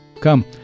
Come